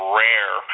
rare